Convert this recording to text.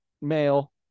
male